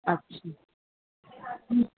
अच्छा